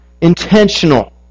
intentional